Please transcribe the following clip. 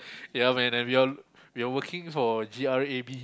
ya man and we're we're working for Grab